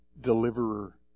deliverer